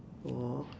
four